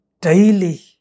daily